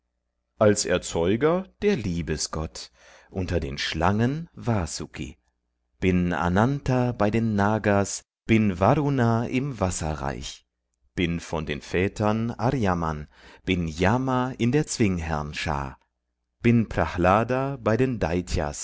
als erzeuger der liebesgott unter den schlangen vsuki bin ananta bei den ngas bin varuna im wasserreich bin von den vätern aryaman bin yama in der zwingherrn schar bin prahlda bei den